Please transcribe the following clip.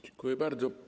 Dziękuję bardzo.